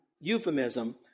euphemism